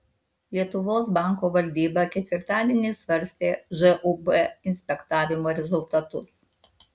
lietuvos banko valdyba ketvirtadienį svarstė žūb inspektavimo rezultatus